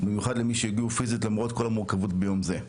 ובמיוחד למי שהגיעו פיזית למרות כל המורכבות ביום זה.